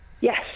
Yes